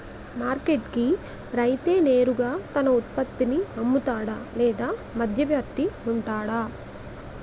Market కి నేరుగా రైతే తన ఉత్పత్తి నీ అమ్ముతాడ లేక మధ్యవర్తి వుంటాడా?